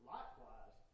Likewise